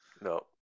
No